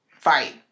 fight